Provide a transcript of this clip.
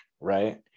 right